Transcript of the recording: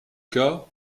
cas